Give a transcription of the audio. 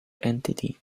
entity